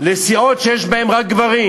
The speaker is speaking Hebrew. לסיעות שיש בהן רק גברים